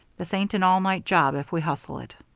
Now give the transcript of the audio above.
this ain't an all-night job if we hustle it.